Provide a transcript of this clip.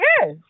Yes